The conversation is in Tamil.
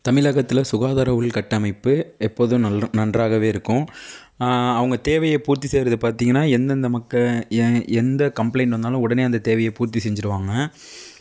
தமிழகத்தில் சுகாதார உள்கட்டமைப்பு எப்போதும் நல்லா நன்றாகவே இருக்கும் அவங்க தேவையை பூர்த்தி செய்கிறது பார்த்திங்கனா எந்தெந்த மக்கள் எந்த கம்ப்ளைண்ட் வந்தாலும் உடனே அந்த தேவையை பூர்த்தி செஞ்சுடுவாங்க